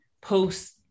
post